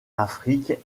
afrique